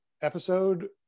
episode